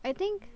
I think